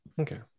okay